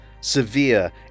severe